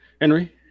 Henry